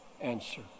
answer